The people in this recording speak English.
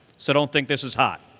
so don't think this is hot.